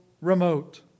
remote